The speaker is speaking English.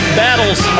battles